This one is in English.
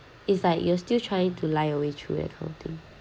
it's like you are still trying to lie away through it hunting